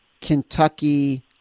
Kentucky